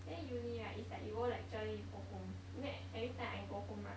then uni right it's like you go lecture then you go home then everytime I go home right